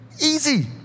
Easy